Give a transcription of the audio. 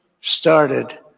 started